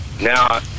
now